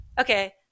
Okay